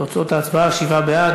תוצאות ההצבעה: שבעה בעד,